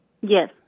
yes